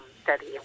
study